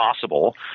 possible